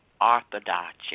orthodoxy